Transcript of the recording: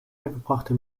verbrachte